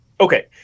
Okay